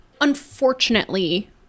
unfortunately